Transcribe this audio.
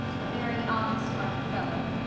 a very honest-hearted fellow,